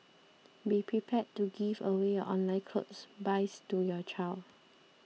be prepared to give away your online clothes buys to your child